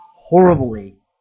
horribly